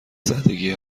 زدگی